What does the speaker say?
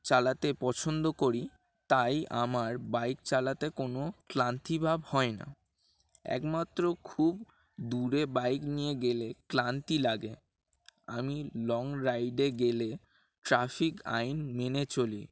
চালাতে পছন্দ করি তাই আমার বাইক চালাতে কোনো ক্লান্তিভাব হয় না একমাত্র খুব দূরে বাইক নিয়ে গেলে ক্লান্তি লাগে আমি লং রাইডে গেলে ট্রাফিক আইন মেনে চলি